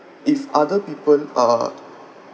if other people are